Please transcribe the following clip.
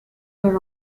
were